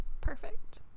perfect